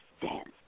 dance